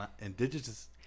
indigenous